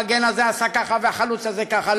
המגן הזה עשה ככה והחלוץ הזה ככה.